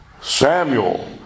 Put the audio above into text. Samuel